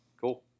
cool